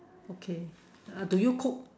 okay uh do you cook